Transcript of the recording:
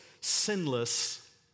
sinless